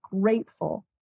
grateful